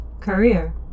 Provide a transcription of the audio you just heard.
Career